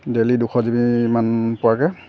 daily দুশ জিবিমান পোৱাকৈ